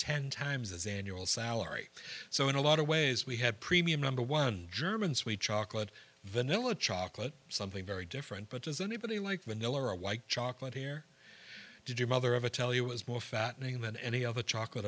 ten times as annual salary so in a lot of ways we had premium number one german sweet chocolate vanilla chocolate something very different but does anybody like vanilla or a white chocolate here did your mother of a tell you it was more fattening than any of the chocolate